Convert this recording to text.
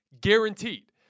guaranteed